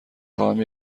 خواهم